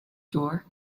door